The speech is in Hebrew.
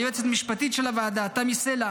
ליועצת המשפטית של הוועדה תמי סלע